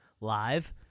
live